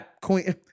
Queen